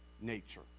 nature